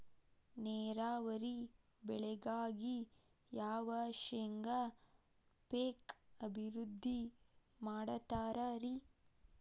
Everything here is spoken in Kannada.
ನೇರಾವರಿ ಬೆಳೆಗಾಗಿ ಯಾವ ಶೇಂಗಾ ಪೇಕ್ ಅಭಿವೃದ್ಧಿ ಮಾಡತಾರ ರಿ?